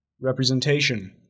representation